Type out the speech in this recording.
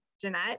jeanette